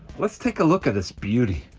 let's take a look at this beauty.